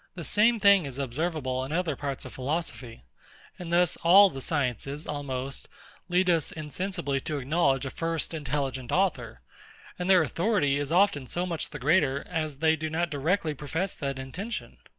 the same thing is observable in other parts of philosophy and thus all the sciences almost lead us insensibly to acknowledge a first intelligent author and their authority is often so much the greater, as they do not directly profess that intention.